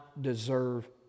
deserve